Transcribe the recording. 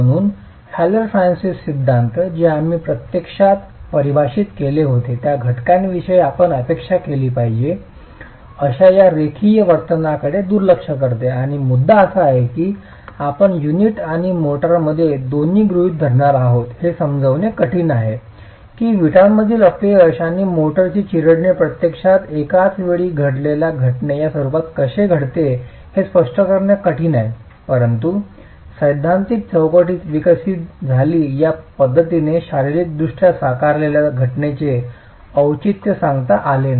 म्हणून Haller Francis सिद्धांत जे आम्ही प्रत्यक्षात परिभाषित केले होते त्या घटकांविषयी आपण अपेक्षा केली पाहिजे अशा या रेखीय वर्तनकडे दुर्लक्ष करते आणि मुद्दा असा आहे की आपण युनिट आणि मोर्टारमध्ये दोन्ही गृहित धरणार आहात हे समजविणे कठीण आहे की वीटातील अपयश आणि मोर्टारची चिरडणे प्रत्यक्षात एकाचवेळी घडलेल्या घटनेच्या रूपात कसे घडते हे स्पष्ट करणे कठीण आहे परंतु सैद्धांतिक चौकटीत विकसित झाली या पद्धतीने शारीरिकदृष्ट्या साकारलेल्या घटनेचे औचित्य सांगता आले नाही